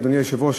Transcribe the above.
אדוני היושב-ראש,